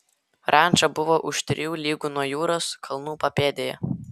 ranča buvo už trijų lygų nuo jūros kalnų papėdėje